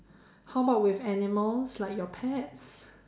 how about with animals like your pet